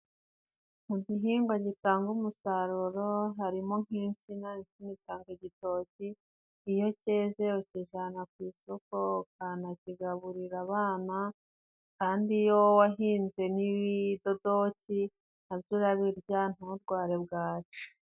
mu gihingwa gitanga umusaruro, harimo nk'insina itanga igitoki. Iyo cyeze ukijyana ku isoko ukanakigaburira abana, kandi iyo wahinze n'ibidodoki na byo urabirya nturware bwaki.